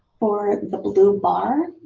or the blue bar,